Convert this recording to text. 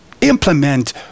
implement